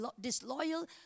disloyal